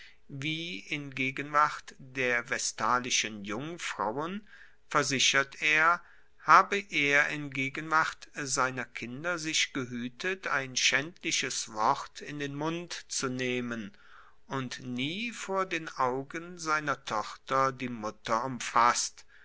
wie in gegenwart der vestalischen jungfrauen versichert er habe er in gegenwart seiner kinder sich gehuetet ein schaendliches wort in den mund zu nehmen und nie vor den augen seiner tochter die mutter umfasst